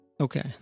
Okay